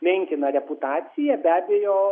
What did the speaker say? menkina reputaciją be abejo